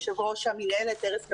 יושב-ראש המנהלת, ארז כלפון,